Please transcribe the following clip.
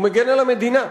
הוא מגן על המדינה.